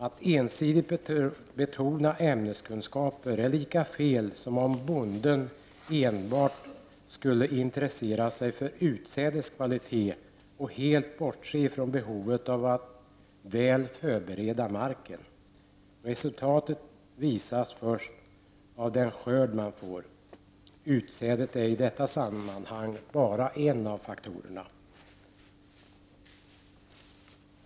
Att ensidigt betona ämneskunskaper är lika fel som om bonden enbart skulle intressera sig för utsädets kvalitet och helt bortse från behovet av att väl förbereda marken. Resultatet visas först av den skörd man får. Utsädet är i detta sammanhang bara en av faktorerna.